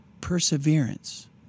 perseverance